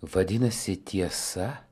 vadinasi tiesa